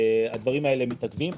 הדברים האלה מתעכבים.